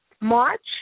March